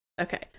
Okay